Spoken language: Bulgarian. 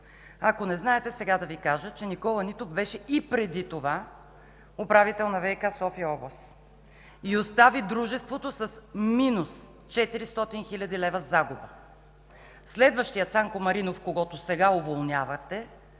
Ако не знаете, сега да Ви кажа, че Никола Нитов беше и преди това управител на ВиК София област и остави дружеството с минус 400 хил. лв. загуба. Следващият – Цанко Маринов, когото сега уволнявате,